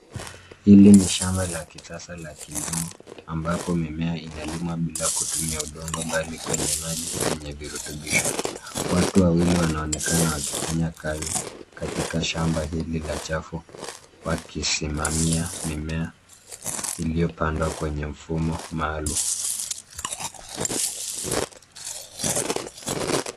Hili ni shamba la kisasa la kilimo ambapo mimea inalimwa bila kutumia udongo bali kwenye maji yenye virutubisho. Watu wawili wanaonekana wakifanya kazi katika shamba hili la chafu wakisimamia mimea iliyopandwa kwenye mfumo maalum.